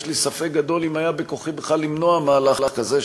יש לי ספק גדול אם היה בכוחי בכלל למנוע מהלך כזה,